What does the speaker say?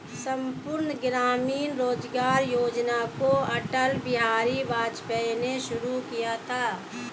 संपूर्ण ग्रामीण रोजगार योजना को अटल बिहारी वाजपेयी ने शुरू किया था